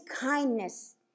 kindness